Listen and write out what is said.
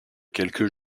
quelques